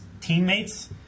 teammates